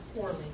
poorly